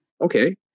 okay